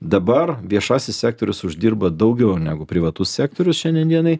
dabar viešasis sektorius uždirba daugiau negu privatus sektorius šiandien dienai